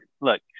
Look